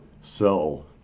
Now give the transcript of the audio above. sell